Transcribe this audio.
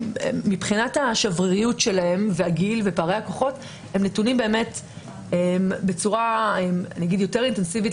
מבחינת השבריריות שלהם והגיל ופערי הכוחות נתונים בצורה יותר אינטנסיבית